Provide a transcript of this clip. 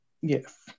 Yes